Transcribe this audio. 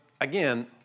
again